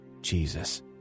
Jesus